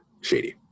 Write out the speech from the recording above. shady